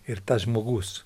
ir tas žmogus